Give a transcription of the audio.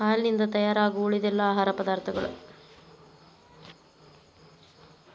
ಹಾಲಿನಿಂದ ತಯಾರಾಗು ಉಳಿದೆಲ್ಲಾ ಆಹಾರ ಪದಾರ್ಥಗಳ